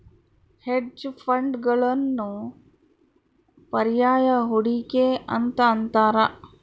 hedge ಫಂಡ್ಗಳನ್ನು ಪರ್ಯಾಯ ಹೂಡಿಕೆ ಅಂತ ಅಂತಾರ